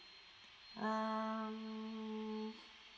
um